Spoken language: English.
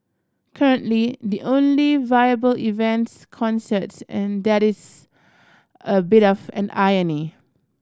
currently the only viable events concerts and that is a bit of an irony